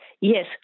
Yes